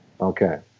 Okay